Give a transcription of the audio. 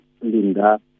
Linda